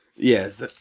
Yes